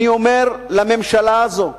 אני אומר לממשלה הזו,